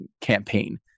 campaign